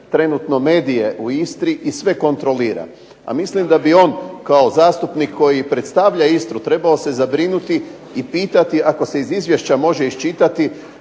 trenutno medije u Istri i sve kontrolira. A mislim da bi on kao zastupnik koji predstavlja Istru, trebao se zabrinuti i pitati ako se iz izvješće može iščitati